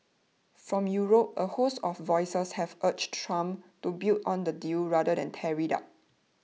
from Europe a host of voices have urged Trump to build on the deal rather than tear it up